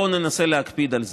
בואו ננסה להקפיד על זה: